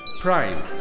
Prime